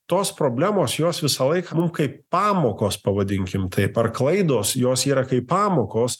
tos problemos jos visąlaik kaip pamokos pavadinkim taip ar klaidos jos yra kaip pamokos